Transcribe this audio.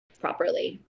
properly